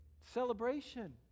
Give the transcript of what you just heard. celebration